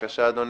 בבקשה, אדוני.